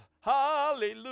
hallelujah